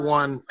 one